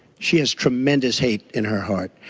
she has tremendous hate in her heart.